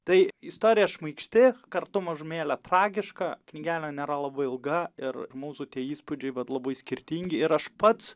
tai istorija šmaikšti kartu mažumėlę tragiška knygelė nėra labai ilga ir mūsų tie įspūdžiai vat labai skirtingi ir aš pats